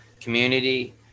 Community